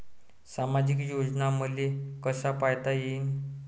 सामाजिक योजना मले कसा पायता येईन?